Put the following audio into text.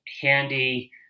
Handy